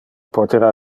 potera